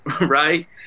right